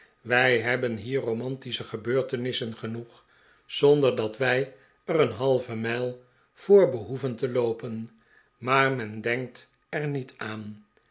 wij hebben hier romantische gebeurtenissen genoeg zonder dat wij er een halve mijl voor behoeven te loopen maar men denkt er niet aan